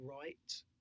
right